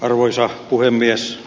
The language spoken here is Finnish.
arvoisa puhemies